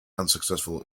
unsuccessful